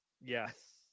Yes